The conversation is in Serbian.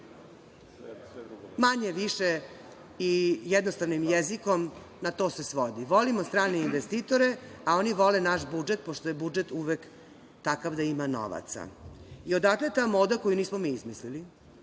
Manje – više, i jednostavnim jezikom, na to se svodi. Volimo strane investitore, a oni vole naš budžet, pošto je budžet uvek takav da ima novaca. Odakle ta moda koju nismo mi izmislili?